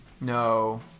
no